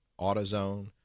autozone